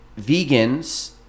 vegans